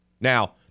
Now